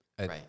Right